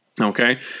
Okay